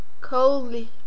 coldly